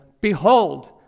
Behold